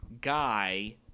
Guy